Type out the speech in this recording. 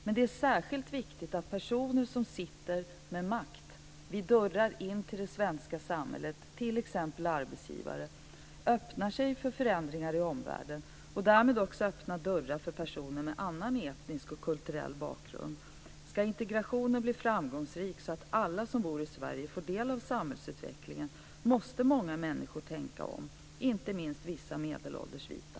Men det är särskilt viktigt att personer som sitter med makt vid dörrar in till det svenska samhället - t.ex. arbetsgivare - öppnar sig för förändringar i omvärlden och därmed också öppnar dörrar för personer med annan etnisk och kulturell bakgrund. Ska integrationen bli framgångsrik så att alla som bor i Sverige får del av samhällsutvecklingen måste många människor tänka om - inte minst vissa